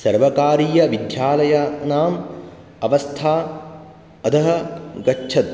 सर्वकारीयविद्यालयानाम् अवस्था अधः गच्छत्